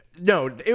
No